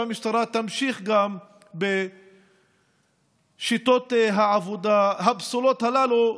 והמשטרה תמשיך גם בשיטות העבודה הפסולות הללו.